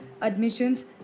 admissions